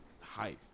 Hype